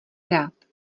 hrát